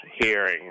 hearing